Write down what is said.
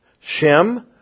Shem